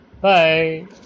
bye